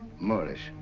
moorish.